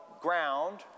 ground